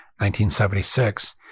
1976